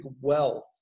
wealth